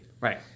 Right